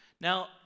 Now